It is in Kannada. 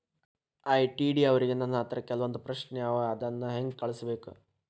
ಐ.ಟಿ.ಡಿ ಅವ್ರಿಗೆ ನನ್ ಹತ್ರ ಕೆಲ್ವೊಂದ್ ಪ್ರಶ್ನೆ ಅವ ಅದನ್ನ ಹೆಂಗ್ ಕಳ್ಸ್ಬೇಕ್?